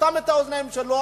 אטם את האוזניים שלו,